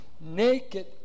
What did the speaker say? Naked